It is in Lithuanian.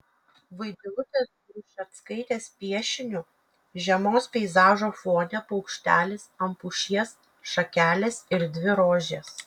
vaidilutės grušeckaitės piešiniu žiemos peizažo fone paukštelis ant pušies šakelės ir dvi rožės